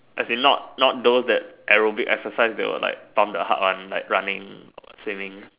as in not not those that aerobic exercises that will like pump the heart one like running swimming